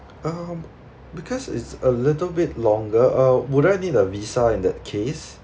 um because it's a little bit longer uh would I need a visa in that case